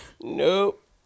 Nope